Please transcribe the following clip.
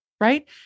right